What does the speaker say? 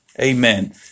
Amen